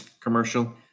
commercial